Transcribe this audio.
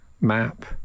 map